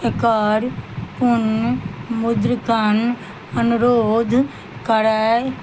एकर पुर्नमुद्रणक अनुरोध करय